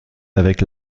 avec